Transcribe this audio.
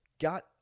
got